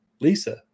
Lisa